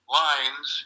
lines